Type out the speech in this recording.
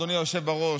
אדוני היושב-ראש,